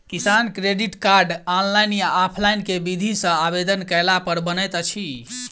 किसान credit card, online या offline केँ विधि सँ आवेदन कैला पर बनैत अछि?